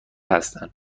هستن